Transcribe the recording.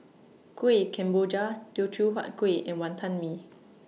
Kueh Kemboja Teochew Huat Kueh and Wantan Mee